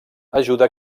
ajuda